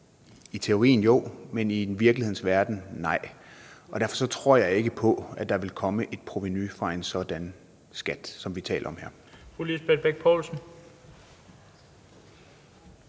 i teorien, men i virkelighedens verden, nej. Derfor tror jeg ikke på, at der vil komme et provenu fra en sådan skat, som vi taler om her.